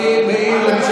אני מעיר.